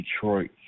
Detroit